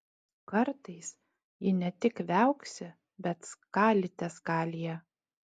kartais ji ne tik viauksi bet skalyte skalija